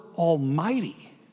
Almighty